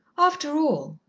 after all,